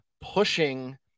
pushing